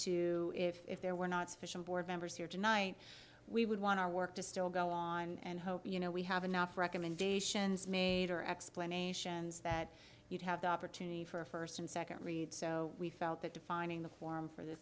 to if there were not sufficient board members here tonight we would want our work to still go on and hope you know we have enough recommendations made or explanations that you'd have the opportunity for a first and second read so we felt that defining the form for the